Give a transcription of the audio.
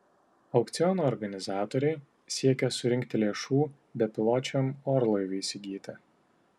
aukciono organizatoriai siekia surinkti lėšų bepiločiam orlaiviui įsigyti